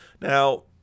Now